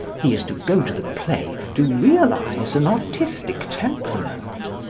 he is to go to the play to realise an artistic temperament.